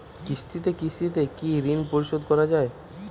কিস্তিতে কিস্তিতে কি ঋণ পরিশোধ করা য়ায়?